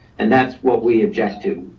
and that's what we object to.